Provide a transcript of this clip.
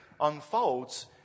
unfolds